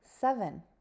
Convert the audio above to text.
seven